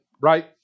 right